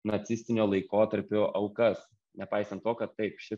nacistinio laikotarpio aukas nepaisant to kad taip šis